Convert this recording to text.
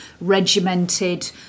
regimented